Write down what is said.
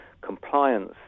compliance